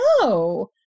No